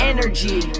Energy